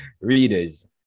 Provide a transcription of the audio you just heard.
readers